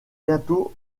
bientôt